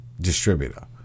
distributor